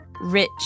rich